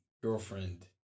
girlfriend